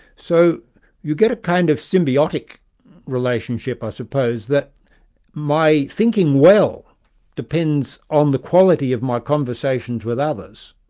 so you get a kind of symbiotic relationship i suppose that my thinking well depends on the quality of my conversations with others.